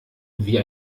wie